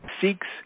seeks